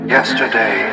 Yesterday